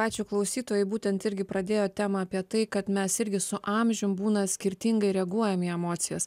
ačiū klausytojui būtent irgi pradėjo temą apie tai kad mes irgi su amžiumi būna skirtingai reaguojam į emocijas